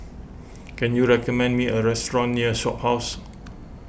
can you recommend me a restaurant near the Shophouse